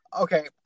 Okay